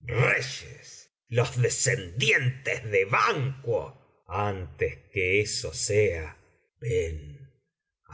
reyes los descendientes de banquo antes que eso sea ven